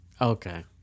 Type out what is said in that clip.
okay